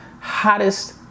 hottest